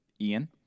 Ian